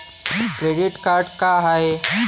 Credit card का हाय?